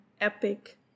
epic